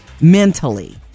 mentally